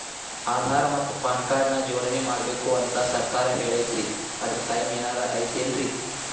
ಆಧಾರ ಮತ್ತ PAN card ನ ಜೋಡಣೆ ಮಾಡ್ಬೇಕು ಅಂತಾ ಸರ್ಕಾರ ಹೇಳೈತ್ರಿ ಅದ್ಕ ಟೈಮ್ ಏನಾರ ಐತೇನ್ರೇ?